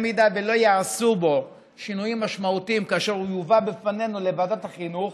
אם לא ייעשו בו שינויים משמעותיים כאשר הוא יובא בפנינו לוועדת החינוך,